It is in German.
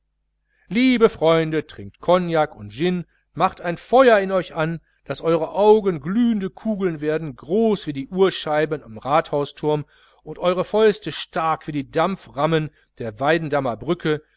lieben freunde trinkt cognac und gin machet ein feuer in euch an daß eure augen glühende kugeln werden groß wie die uhrscheiben am rathausturm und eure fäuste stark wie die dampframmen der weidendammerbrücke